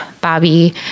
Bobby